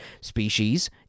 species